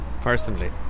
personally